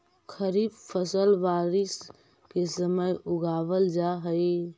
खरीफ फसल बारिश के समय उगावल जा हइ